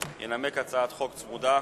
ינמק הצעת חוק צמודה,